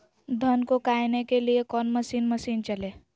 धन को कायने के लिए कौन मसीन मशीन चले?